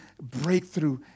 breakthrough